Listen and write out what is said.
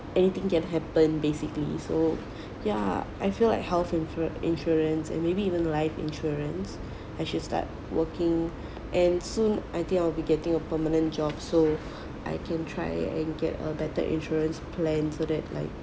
anything can happen basically so ya I feel like health insur~ insurance and maybe even life insurance I should start working and soon I think I'll be getting a permanent job so I can try and get a better insurance plan so that like